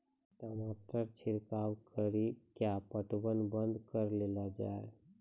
टमाटर छिड़काव कड़ी क्या पटवन बंद करऽ लो जाए?